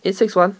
eight six one